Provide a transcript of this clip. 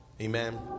Amen